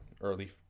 early